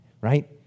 right